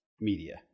media